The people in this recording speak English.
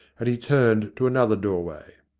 and he turned to another doorway.